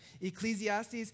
Ecclesiastes